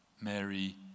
Mary